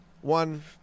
One